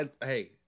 Hey